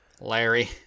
larry